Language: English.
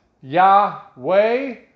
Yahweh